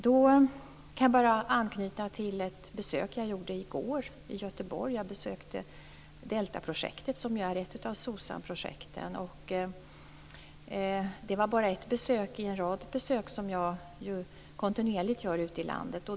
Där kan jag anknyta till ett besök jag gjorde i går i Göteborg. Jag besökte Det var bara ett besök i en rad besök som jag kontinuerligt gör ute i landet.